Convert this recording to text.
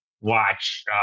watch